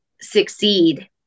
succeed